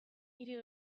hiri